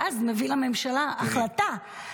ואז מביא לממשלה החלטה,